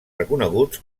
reconeguts